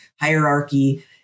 hierarchy